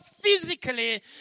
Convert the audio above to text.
physically